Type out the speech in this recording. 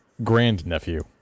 Grand-nephew